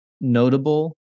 notable